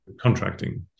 contracting